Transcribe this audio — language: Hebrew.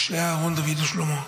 משה אהרון דוד ושלמה,